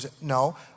No